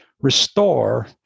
restore